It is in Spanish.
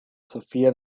sofía